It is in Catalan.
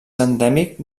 endèmic